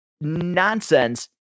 nonsense